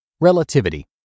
Relativity